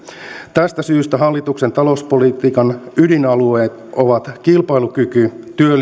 tästä syystä hallituksen talouspolitiikan ydinalueet ovat kilpailukyky työllisyys